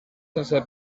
sense